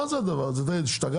מה זה הדבר הזה, השתגעתם?